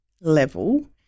level